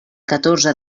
catorze